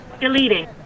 Deleting